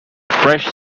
fresh